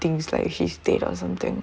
think like he's dead or something